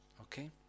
Okay